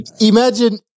Imagine